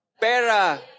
Pera